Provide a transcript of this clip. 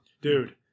Dude